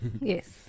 Yes